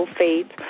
faith